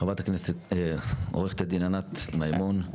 עורכת הדין ענת מימון,